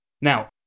Now